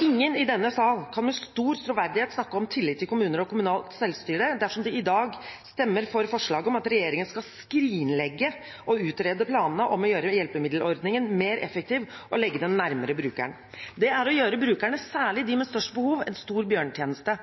Ingen i denne sal kan med stor troverdighet snakke om tillit til kommuner og kommunalt selvstyre dersom de i dag stemmer for forslaget om at regjeringen skal skrinlegge å utrede planene om å gjøre hjelpemiddelordningen mer effektiv og legge den nærmere brukeren. Det er å gjøre brukerne, særlig dem med størst behov, en stor bjørnetjeneste.